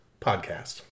podcast